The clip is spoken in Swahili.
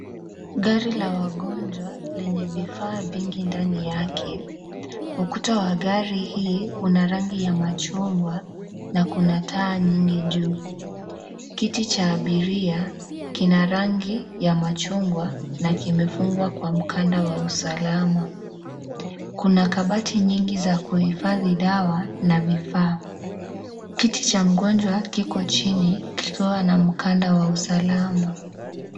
Gari la wagonjwa lenye vifaa vingi ndani yake , ukuta wa gari hii una rangi ya machungwa na kuna taa nyingi juu . Kiti cha abiria kina rangi ya machungwa na kimefungwa kwa mkanda wa usalama . Kuna kabati nyingi za kuhifadhi dawa na vifaa . Kiti cha mgonjwa kiko chini kikiwa na mkanda wa usalama.